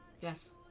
Yes